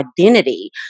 identity